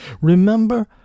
Remember